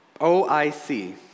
OIC